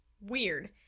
Weird